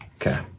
Okay